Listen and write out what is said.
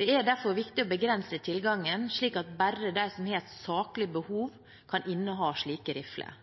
Det er derfor viktig å begrense tilgangen, slik at bare de som har et saklig behov, kan inneha slike rifler.